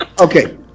Okay